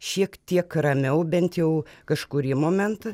šiek tiek ramiau bent jau kažkurį momentą